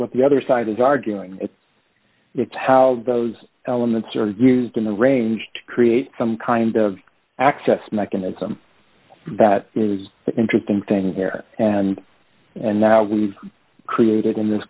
what the other side is arguing how those elements are used in the range to create some kind of access mechanism that is the interesting thing there and and now we've created in this